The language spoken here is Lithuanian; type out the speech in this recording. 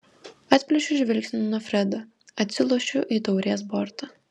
atplėšiu žvilgsnį nuo fredo atsilošiu į taurės bortą